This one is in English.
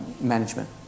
management